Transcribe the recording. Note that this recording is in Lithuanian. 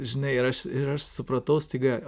žinai ir aš ir aš supratau staiga